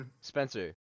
Spencer